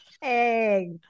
hey